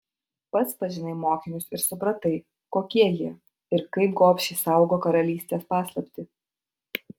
pats pažinai mokinius ir supratai kokie jie ir kaip gobšiai saugo karalystės paslaptį